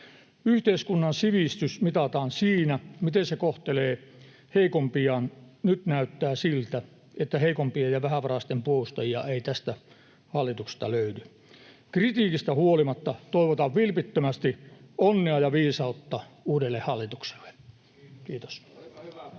Yhteiskunnan sivistys mitataan siinä, miten se kohtelee heikompiaan. Nyt näyttää siltä, että heikompien ja vähävaraisten puolustajia ei tästä hallituksesta löydy. Kritiikistä huolimatta toivotan vilpittömästi onnea ja viisautta uudelle hallitukselle. — Kiitos.